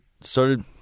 started